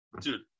dude